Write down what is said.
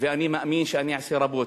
ואני מאמין שאני אעשה רבות.